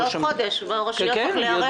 זה בעוד חודש והרשויות צריכות להיערך לזה.